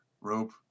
rope